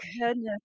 Goodness